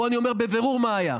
פה אני אומר בבירור מה היה,